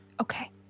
okay